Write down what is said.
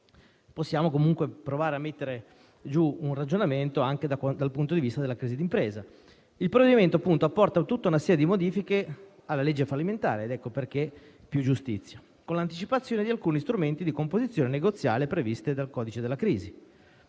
possiamo provare a sviluppare un ragionamento anche dal punto di vista della crisi di impresa. Il provvedimento apporta tutta una serie di modifiche alla legge fallimentare - ecco perché attiene di più all'ambito della giustizia - con l'anticipazione di alcuni strumenti di composizione negoziale previsti dal codice della crisi.